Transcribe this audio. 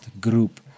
group